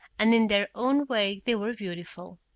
and in their own way they were beautiful.